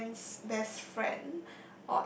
man's best friend